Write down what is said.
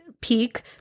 peak